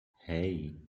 hei